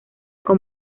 con